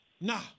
nah